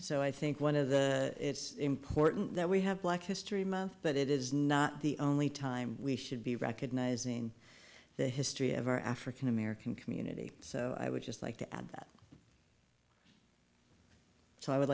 so i think one of the it's important that we have black history month but it is not the only time we should be recognizing the history of our african american community so i would just like to add that so i would